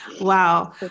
Wow